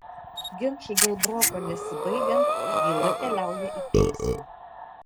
ginčui dėl broko nesibaigiant byla keliauja į teismą